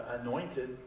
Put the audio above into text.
anointed